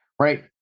right